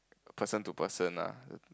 person to person ah